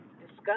discuss